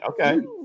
Okay